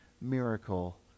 miracle